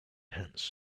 tents